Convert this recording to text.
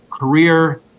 career